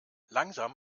langsam